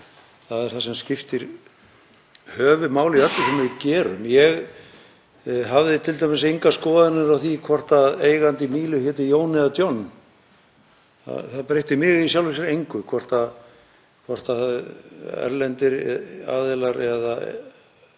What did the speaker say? Það er það sem skiptir höfuðmáli í öllu sem við gerum. Ég hafði t.d. engar skoðanir á því hvort eigandi Mílu héti Jón eða John, það breytti mig í sjálfu sér engu hvort erlendir aðilar eða innlendir